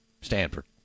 Stanford